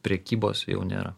prekybos jau nėra